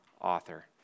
author